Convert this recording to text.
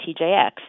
TJX